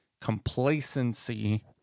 Complacency